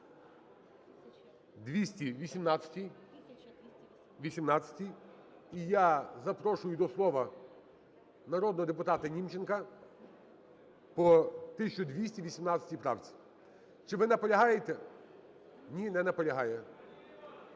1218. І я запрошую до слова народного депутата Німченка по 1218 правці. Чи ви наполягаєте? Ні, не наполягає.